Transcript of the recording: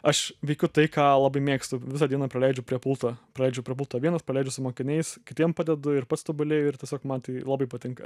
aš veikiu tai ką labai mėgstu visą dieną praleidžiu prie pulto praleidžiu prie pulto vienas praleidžiu su mokiniais kitiem padedu ir pats tobulėju ir tiesiog man tai labai patinka